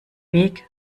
weg